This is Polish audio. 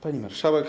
Pani Marszałek!